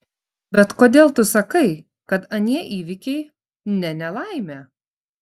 bet kodėl tu sakai kad anie įvykiai ne nelaimė